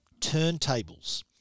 turntables